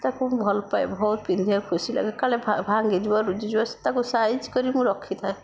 ତାକୁ ମୁଁ ଭଲ ପାଏ ବହୁତ ପିନ୍ଧିବାକୁ ଖୁସି ଲାଗେ କାଳେ ଭାଙ୍ଗି ଯିବ ରୁଜି ଯିବ ତାକୁ ସାଇଜ୍ କରି ମୁଁ ରଖିଥାଏ